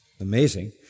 amazing